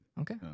Okay